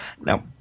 Now